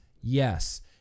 yes